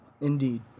Indeed